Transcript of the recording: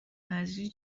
نذری